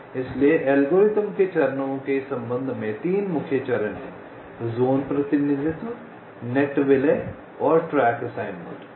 इसलिए एल्गोरिथ्म के चरणों के संबंध में 3 मुख्य चरण हैं ज़ोन प्रतिनिधित्व नेट विलय और ट्रैक असाइनमेंट